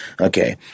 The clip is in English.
okay